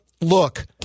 look